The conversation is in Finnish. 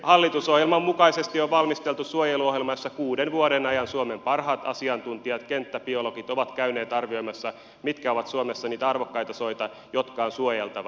hallitusohjelman mukaisesti on valmisteltu suojeluohjelma jossa kuuden vuoden ajan suomen parhaat asiantuntijat kenttäbiologit ovat käyneet arvioimassa mitkä ovat suomessa niitä arvokkaita soita jotka on suojeltava